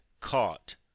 caught